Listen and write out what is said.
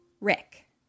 rick